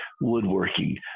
woodworking